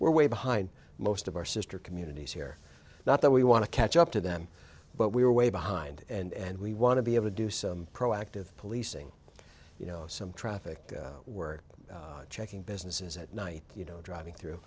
we're way behind most of our sister communities here not that we want to catch up to them but we are way behind and we want to be able to do so proactive policing you know some traffic were checking businesses at night you know driving through